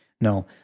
no